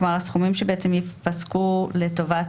כלומר, הסכומים שבעצם ייפסקו לטובת נפגע העבירה.